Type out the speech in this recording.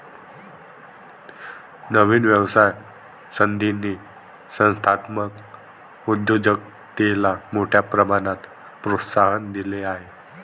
नवीन व्यवसाय संधींनी संस्थात्मक उद्योजकतेला मोठ्या प्रमाणात प्रोत्साहन दिले आहे